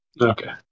Okay